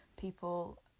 people